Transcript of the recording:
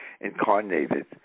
incarnated